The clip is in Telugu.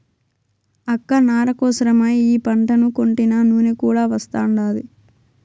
అక్క నార కోసరమై ఈ పంటను కొంటినా నూనె కూడా వస్తాండాది